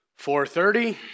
4.30